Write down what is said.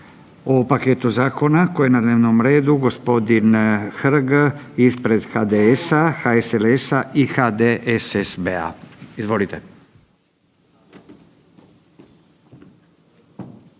o paketu zakona koji je na dnevnom redu g. Hrg ispred HDS-a, HSLS-a i HDSSB-a, izvolite.